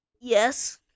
Yes